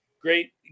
Great